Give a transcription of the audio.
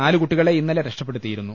നാലു കുട്ടികളെ ഇന്നലെ രക്ഷപ്പെടുത്തിയിരുന്നു